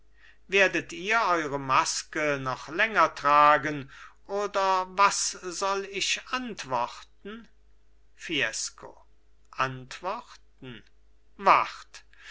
werdet ihr eure maske noch länger tragen oder was soll ich antworten fiesco antworten wart